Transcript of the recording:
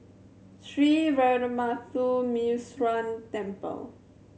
Sree Veeramuthu Muneeswaran Temple